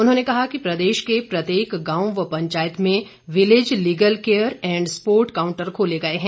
उन्होंने कहा कि प्रदेश के प्रत्येक गांव व पंचायत में village legal care and support counter खोले गए हैं